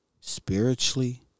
spiritually